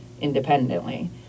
independently